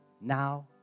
now